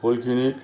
ফুলখিনিত